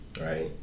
right